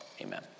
amen